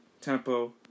tempo